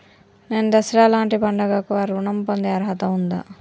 నేను దసరా లాంటి పండుగ కు ఋణం పొందే అర్హత ఉందా?